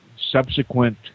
subsequent